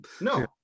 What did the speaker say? no